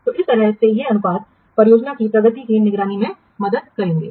तो इस तरह से ये अनुपात परियोजना की प्रगति की निगरानी में मदद करेंगे